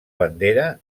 bandera